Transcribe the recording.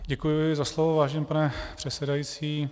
Děkuji za slovo, vážený pane předsedající.